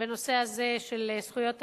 בנושא הזה, של זכויות הילד,